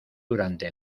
durante